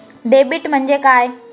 Debit म्हणजे काय?